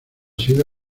sido